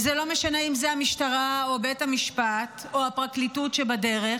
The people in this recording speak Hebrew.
וזה לא משנה אם זאת המשטרה או בית המשפט או הפרקליטות שבדרך,